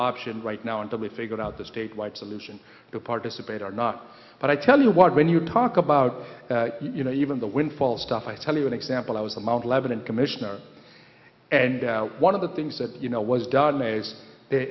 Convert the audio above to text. option right now until we figure out the statewide solution to participate or not but i tell you what when you talk about you know even the windfalls stuff i tell you an example i was the mount lebanon commissioner and one of the things that you know